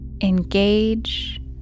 engage